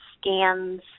scans